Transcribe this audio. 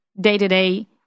day-to-day